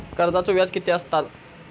कर्जाचो व्याज कीती असताला?